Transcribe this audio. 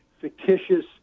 fictitious